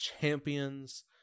champions